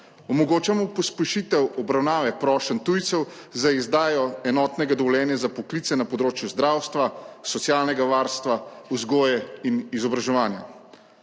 omogočamo pospešitev obravnave prošenj tujcev za izdajo enotnega dovoljenja za poklice na področju zdravstva, socialnega varstva, vzgoje in izobraževanja.